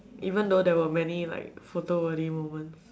even though there were many like photo ready moment